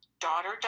daughter